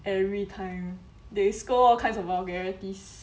every time they scold all kinds of vulgarities